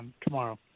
tomorrow